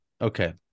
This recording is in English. Okay